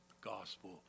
gospel